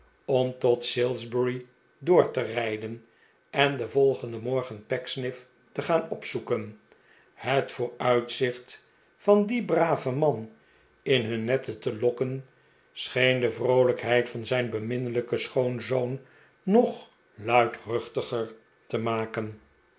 om tot salisbury door te rijden en den volgenden morgen pecksniff te gaan opzoeken het vooruitzicht van dien braven man in hun netten te lokken scheen de vroolijkheid van zij n beminnelij ken schoonzoon nog luidruehtiger te maken